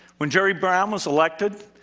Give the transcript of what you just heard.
when jerry brown was elected,